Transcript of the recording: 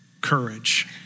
courage